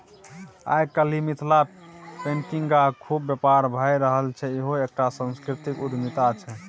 आय काल्हि मिथिला पेटिंगक खुब बेपार भए रहल छै इहो एकटा सांस्कृतिक उद्यमिता छै